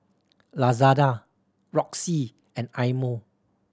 Lazada Roxy and Eye Mo